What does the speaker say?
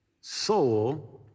soul